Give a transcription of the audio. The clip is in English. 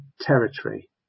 territory